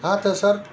हा तर सर